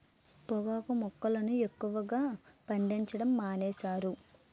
పొగాకు మొక్కలను ఎక్కువగా పండించడం మానేశారు